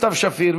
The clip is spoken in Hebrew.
סתיו שפיר,